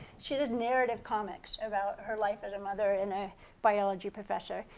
she did narrative comics about her life as mother and a biology professor.